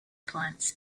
plans